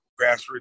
grassroots